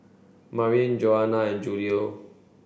Marleen Johanna and Julio